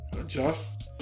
adjust